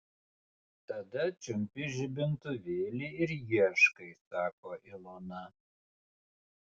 tada čiumpi žibintuvėlį ir ieškai sako ilona